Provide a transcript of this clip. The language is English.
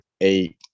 eight